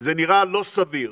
זה נראה לא סביר.